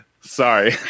Sorry